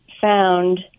found